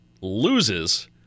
loses